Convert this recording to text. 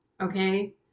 Okay